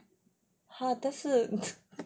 !huh! 但是